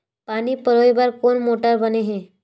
पानी पलोय बर कोन मोटर बने हे?